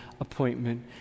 appointment